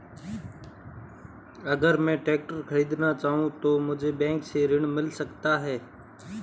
अगर मैं ट्रैक्टर खरीदना चाहूं तो मुझे बैंक से ऋण मिल सकता है?